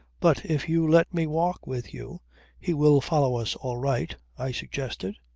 but if you let me walk with you he will follow us all right, i suggested.